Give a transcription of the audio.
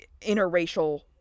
interracial